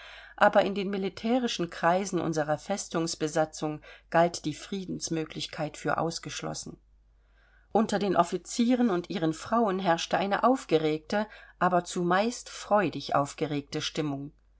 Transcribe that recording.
aber in den militärischen kreisen unserer festungsbesatzung galt die friedensmöglichkeit für ausgeschlossen unter den offizieren und ihren frauen herrschte eine aufgeregte aber zumeist freudig aufgeregte stimmung